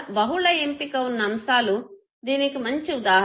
బహుళ ఎంపిక వున్న అంశాలు దీనికి మంచి ఉదాహరణ